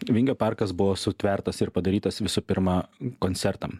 vingio parkas buvo sutvertas ir padarytas visų pirma koncertam